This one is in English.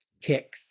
kick